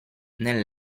nel